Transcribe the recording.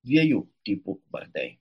dviejų tipų vardai